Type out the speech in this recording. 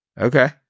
Okay